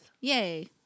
Yay